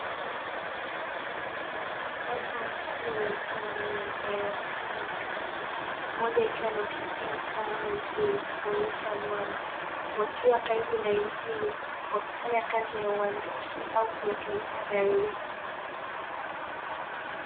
Watu wawili wakiwa ndani ya gari wakifanya kazi mmoja akiwa anamshikia taa mwenzie kuonyesha mwanga, wakiwa karibu na injini wakifanya kazi ya uhandisi au kurekebisha gari hilo.